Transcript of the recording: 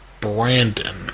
Brandon